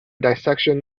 dissection